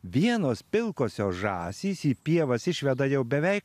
vienos pilkosios žąsys į pievas išveda jau beveik